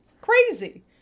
Crazy